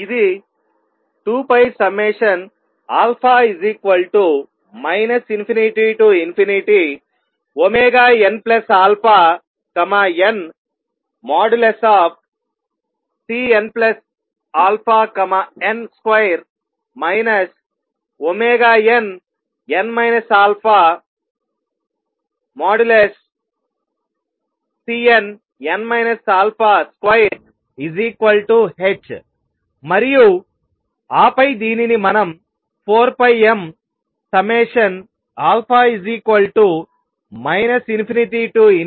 ఇది 2πα ∞nαn|Cnαn |2 nn α|Cnn α |2h మరియు ఆ పై దీనిని మనం 4πmα ∞nαn|Cnαn |2h